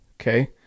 Okay